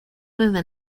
desde